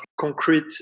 concrete